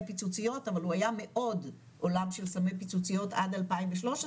פיצוציות אבל הוא היה מאוד עולם של סמי פיצוציות עד 2013,